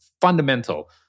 fundamental